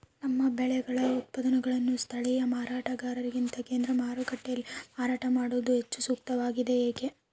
ನಮ್ಮ ಬೆಳೆಗಳ ಉತ್ಪನ್ನಗಳನ್ನು ಸ್ಥಳೇಯ ಮಾರಾಟಗಾರರಿಗಿಂತ ಕೇಂದ್ರ ಮಾರುಕಟ್ಟೆಯಲ್ಲಿ ಮಾರಾಟ ಮಾಡುವುದು ಹೆಚ್ಚು ಸೂಕ್ತವಾಗಿದೆ, ಏಕೆ?